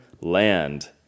Land